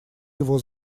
его